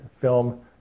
film